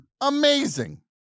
amazing